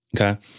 Okay